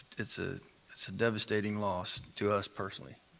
it's ah it's a devastating loss to us personally,